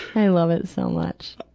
i love it so much.